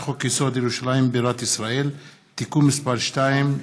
חוק-יסוד: ירושלים בירת ישראל (תיקון מס' 2),